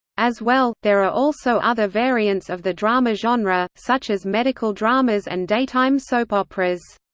as well, there are also other variants of the drama genre, such as medical dramas and daytime soap operas.